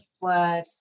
word